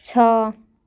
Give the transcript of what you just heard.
छः